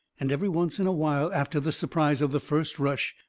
and every once in a while, after the surprise of the first rush,